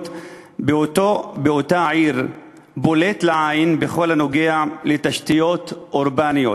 באותה עיר בולט לעין בכל הנוגע לתשתיות אורבניות,